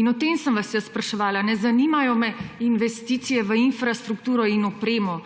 In o tem sem vas jaz spraševala. Ne zanimajo me investicije v infrastrukturo in opremo.